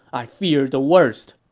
i fear the worst!